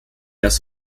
als